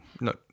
no